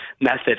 method